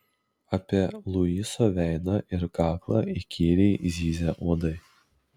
apie luiso veidą ir kaklą įkyriai zyzė uodai